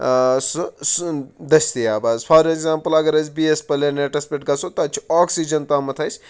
سُہ سُن دٔستِیاب حظ فار اٮ۪گزامپٕل اگر أسۍ بیٚیِس پَلینَٹَس پٮ۪ٹھ گژھو تَتہِ چھُ آکسیجَن تامَتھ اَسہِ